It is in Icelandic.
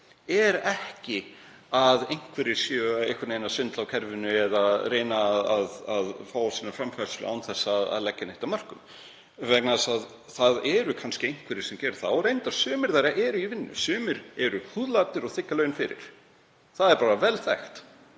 er ekki að einhverjir séu einhvern veginn að svindla á kerfinu eða reyna að fá sína framfærslu án þess að leggja neitt af mörkum. Það eru kannski einhverjir sem gera það og sumir eru reyndar í vinnu. Sumir eru húðlatir og þiggja laun fyrir. Það er vel þekkt